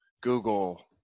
google